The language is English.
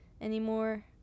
anymore